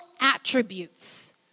attributes